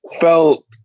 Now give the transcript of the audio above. felt